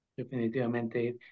Definitivamente